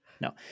No